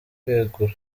kwegura